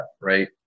Right